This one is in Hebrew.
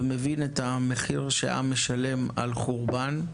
ומבין את המחיר שעם משלם על חורבן.